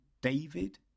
David